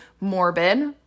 Morbid